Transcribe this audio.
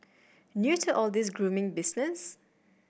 new to all this grooming business